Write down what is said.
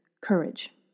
courage